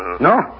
No